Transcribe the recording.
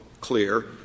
clear